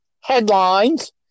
headlines